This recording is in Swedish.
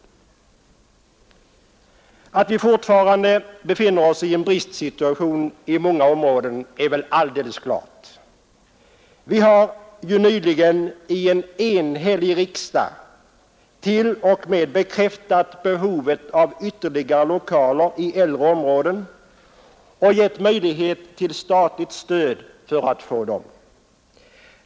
Att vi fortfarande befinner oss i en bristsituation i många områden är väl alldeles klart. En enhällig riksdag har nyligen t.o.m. bekräftat behovet av ytterligare lokaler i äldre områden och gett möjlighet till statligt stöd för att få sådana.